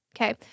Okay